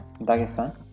Dagestan